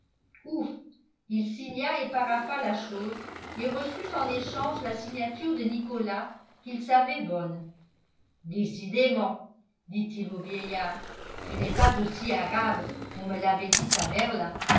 il signa et parapha la chose et reçut en échange la signature de nicolas qu'il savait bonne décidément dit-il au vieillard tu n'es pas aussi arabe qu'on me l'avait dit à berlin